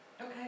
Okay